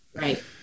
Right